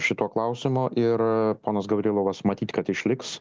šito klausimo ir ponas gaurilovas matyt kad išliks